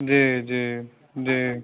जी जी जी